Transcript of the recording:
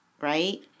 right